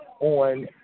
on